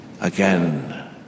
Again